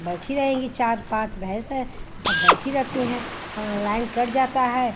बैठी रहेंगी चार पाँच भैंस है तो सब बैठी रहती हैं लाइन कट जाती है